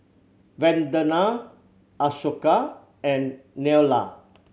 Vandana Ashoka and Neila